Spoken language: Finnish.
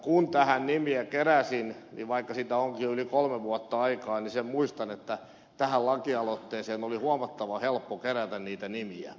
kun tähän nimiä keräsin niin vaikka siitä onkin jo yli kolme vuotta aikaa niin sen muistan että tähän lakialoitteeseen oli huomattavan helppo kerätä niitä nimiä